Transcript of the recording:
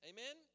Amen